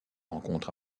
rencontres